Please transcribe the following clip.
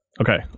Okay